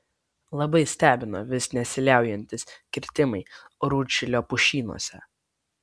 labai stebina vis nesiliaujantys kirtimai rūdšilio pušynuose